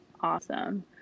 Awesome